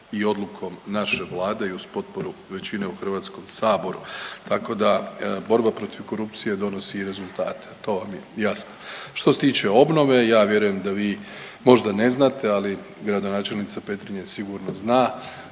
i odlukom naše Vlade i uz potporu većine u Hrvatskom saboru tako da borba protiv korupcije donosi i rezultate. To vam je jasno. Što se tiče obnove ja vjerujem da vi možda ne znate, ali gradonačelnica Petrinje sigurno zna.